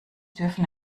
dürfen